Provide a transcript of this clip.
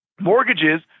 mortgages